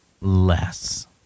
less